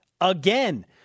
Again